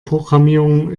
programmierung